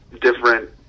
different